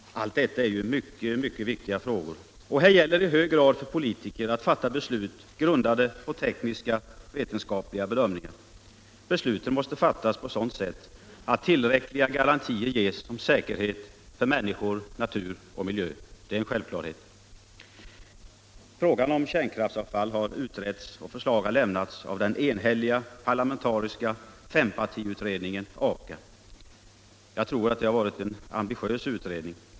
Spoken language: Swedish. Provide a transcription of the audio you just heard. Allt detta är ju mycket, mycket viktiga frågor. Och här gäller i hög - Allmänpolitisk debatt Allmänpolitisk debatt grad för politiker att fatta beslut, grundade på tekniska, vetenskapliga bedömningar. Besluten måste fattas på sådant sätt att tillräckliga garantier ges om säkerhet för människor, natur och miljö. Det är en självklarhet. Frågan om kärnkraftsavfall har utretts och förslag har lämnats av den enhälliga parlamentariska fempartiutredningen — Aka. Jag tror att det har varit en ambitiös utredning.